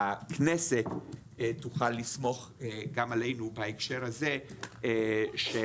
שהכנסת תוכל לסמוך גם עלינו בהקשר הזה של